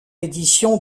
édition